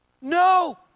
No